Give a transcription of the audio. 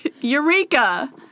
Eureka